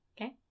Okay